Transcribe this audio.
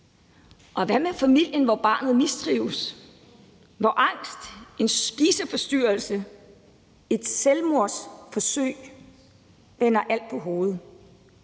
Hvad med familien, hvor barnet mistrives, hvor angst, en spiseforstyrrelse, et selvmordsforsøg vender alt på hovedet,